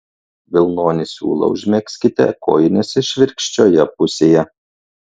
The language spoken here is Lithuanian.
vilnonį siūlą užmegzkite kojinės išvirkščioje pusėje